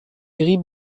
gris